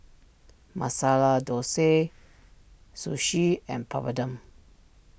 Masala Dosa Sushi and Papadum